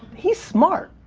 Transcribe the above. he's smart.